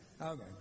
Okay